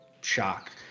shock